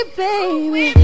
baby